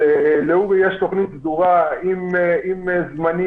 לאורי יש תוכנית סדורה עם זמנים,